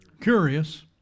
curious